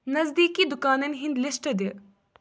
نزدیٖکی دُکانَن ہِنٛدۍ لِسٹ دِ